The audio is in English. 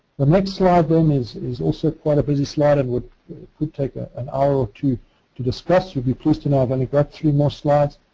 the next slide um is is also quite a busy slide and it could take ah an hour or two to discuss. you'll be pleased to know i've only got three more slides.